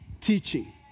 Teaching